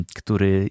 który